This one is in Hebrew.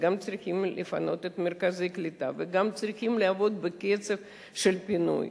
צריכים לפנות מרכזי קליטה וגם צריכים לעבוד בקצב של פינוי.